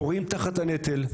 כורעים תחת הנטל.